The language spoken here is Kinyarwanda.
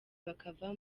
bakava